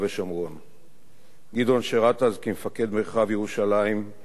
גדעון שירת אז כמפקד מרחב ירושלים ויהודה ושומרון בשב"כ,